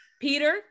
peter